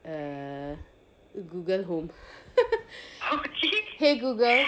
the google home !hey! google